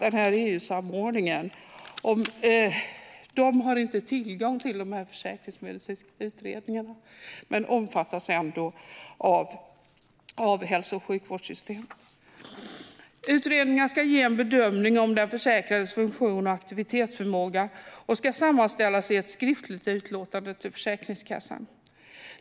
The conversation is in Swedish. EU-samordningen har inte tillgång till de försäkringsmedicinska utredningarna men omfattas ändå av hälso och sjukvårdssystemen. Utredningarna ska ge en bedömning av den försäkrades funktions och aktivitetsförmåga och ska sammanställas i ett skriftligt utlåtande till Försäkringskassan.